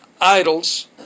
idols